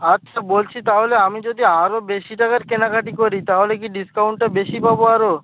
আচ্ছা বলছি তাহলে আমি যদি আরও বেশি টাকার কেনাকাটি করি তাহলে কি ডিসকাউন্টটা বেশি পাবো আরও